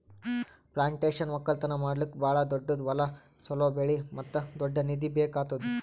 plantation ಒಕ್ಕಲ್ತನ ಮಾಡ್ಲುಕ್ ಭಾಳ ದೊಡ್ಡುದ್ ಹೊಲ, ಚೋಲೋ ಬೆಳೆ ಮತ್ತ ದೊಡ್ಡ ನಿಧಿ ಬೇಕ್ ಆತ್ತುದ್